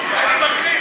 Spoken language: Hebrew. איפה הרצח,